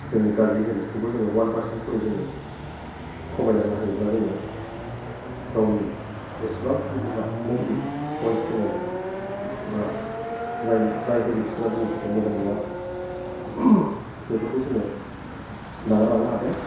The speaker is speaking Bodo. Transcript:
जोंनि गाज्रि हेबिटखोबो जोङो अवान पारसेन्टकरि जोङो खमायलांनो हायोब्ला जोङो गावनि जेसेबांखिनि जोंहा नेगेटिभ पयेन्ट्स दङ एबा जाय जाय हेबिट्सफोरा जोंनि थाखाय मोजां नङा बेफोरखौ जोङो नागारलांनो हागोन